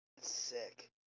Sick